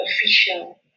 Official